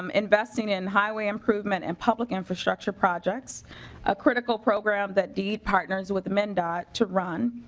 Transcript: um investing in highway improvement and public infrastructure projects a critical program that deed partners with mn and it to run.